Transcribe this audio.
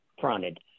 fronted